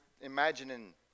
imagining